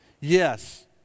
yes